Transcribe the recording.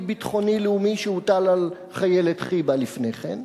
ביטחוני-לאומי שהוטל על חיילת חיב"ה לפני כן,